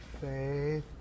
Faith